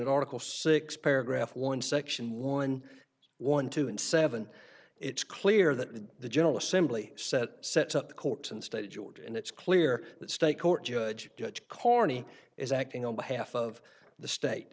of article six paragraph one section one one two and seven it's clear that the general assembly set set up the courts and state george and it's clear that state court judge judge corney is acting on behalf of the state